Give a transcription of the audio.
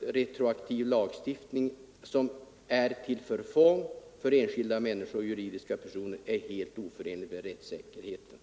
retroaktiv lagstiftning som är till förfång för enskilda människor och juridiska personer är helt oförenlig med rättssäkerheten.